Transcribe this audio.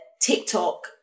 TikTok